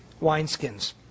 wineskins